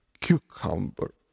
cucumber